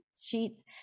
sheets